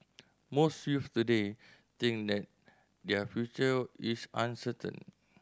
most youths today think that their future is uncertain